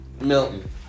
Milton